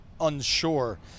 unsure